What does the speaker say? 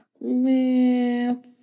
Man